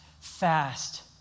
fast